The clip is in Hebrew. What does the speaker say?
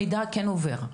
המידע כן עובר.